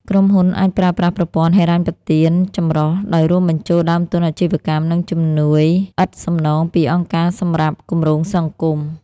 ក្រុមហ៊ុនអាចប្រើប្រាស់ប្រព័ន្ធហិរញ្ញប្បទានចម្រុះ ដោយរួមបញ្ចូលដើមទុនអាជីវកម្ម និងជំនួយឥតសំណងពីអង្គការសម្រាប់គម្រោងសង្គម។